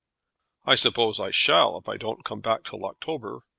i suppose i shall if i don't come back till october.